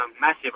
massive